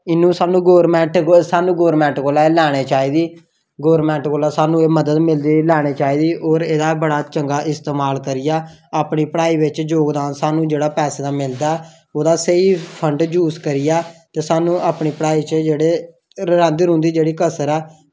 ते सानूं गौरमेंट कोला गै लैना चाहिदी गौरमेंट कोला स्हानू एह् मिलदी लैना चाहिदी होर एह् बड़ा चंगा इस्तेमाल करना चाहिदा ऐ अपनी पढ़ाई बिच बड़ा योगदान सानूं जेह्ड़ा पैसें दा मिलदा ओह्दा स्हेई फंड यूज़ करियै ते सानूं अपनी पढ़ाई च जेह्ड़े रैहंदी जेह्ड़ी कसर ऐ